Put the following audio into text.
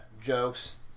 jokes